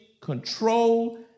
control